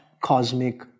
cosmic